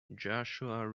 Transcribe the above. joshua